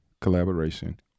collaboration